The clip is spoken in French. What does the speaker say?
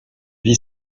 vie